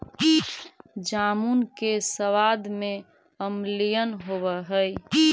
जामुन के सबाद में अम्लीयन होब हई